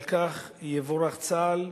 ועל כך יבורך צה"ל,